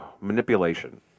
manipulation